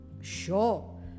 Sure